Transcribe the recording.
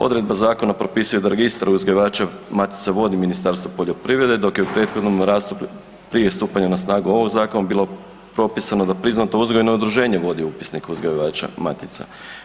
Odredba zakon propisuje da registar uzgajivača matica vodi Ministarstvo poljoprivrede dok je u prethodnom razdoblju prije stupanja na snagu ovog zakona bilo propisano da priznato uzgojno udruženje vodi upisnik uzgajivača matica.